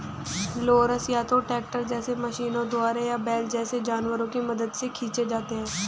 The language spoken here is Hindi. रोलर्स या तो ट्रैक्टर जैसे मशीनों द्वारा या बैल जैसे जानवरों की मदद से खींचे जाते हैं